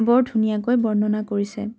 বৰ ধুনীয়াকৈ বৰ্ণনা কৰিছে